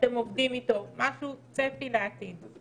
שאתם עובדים איתו, משהו עם צפי לעתיד.